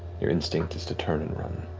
your instinct is to turn and run,